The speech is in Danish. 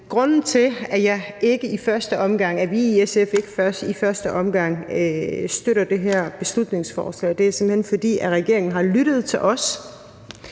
grunden til, at jeg og vi i SF ikke i første omgang støtter det her beslutningsforslag, er simpelt hen, at regeringen har lyttet til os